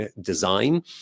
design